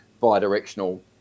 bi-directional